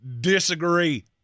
disagree